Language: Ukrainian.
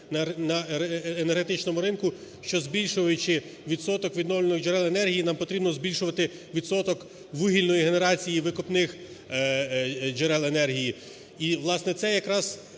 на енергетичному ринку, що, збільшуючи відсоток відновлювальних джерел енергії, нам потрібно збільшувати відсоток вугільної генерації викопних джерел енергії і, власне, це якраз…